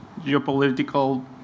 geopolitical